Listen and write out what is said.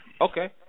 Okay